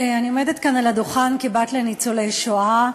אני עומדת כאן על הדוכן כבת לניצולי שואה.